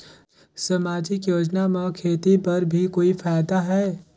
समाजिक योजना म खेती बर भी कोई फायदा है?